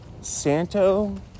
Santo